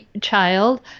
child